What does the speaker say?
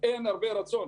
אין הרבה רצון.